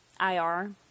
IR